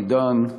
עידן,